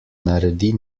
naredi